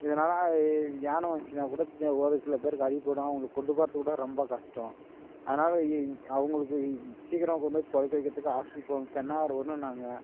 இதனால் யானை வந்திச்சினாக்கூட ஒரு சில பேருக்கு அடிப்படும் அவங்கள கொண்டு போகிறதுக்கூட ரொம்ப கஷ்டம் அதனால் இ இங் அவங்களுக்கு சீக்கிரம் கொண்டு போய் பிழைக்க வைக்கிறதுக்கு ஹாஸ்பிடல் நாங்கள்